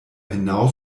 hinaus